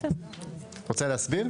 רוצה להסביר?